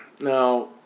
now